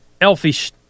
elfish